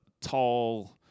tall